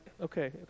okay